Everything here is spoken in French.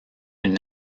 une